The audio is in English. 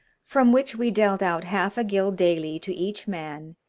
from which we dealt out half a gill daily to each man,